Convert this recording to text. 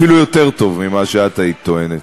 אפילו יותר טוב ממה שאת היית טוענת.